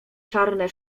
czarne